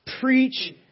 Preach